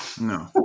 No